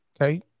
Okay